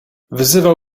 wyzywał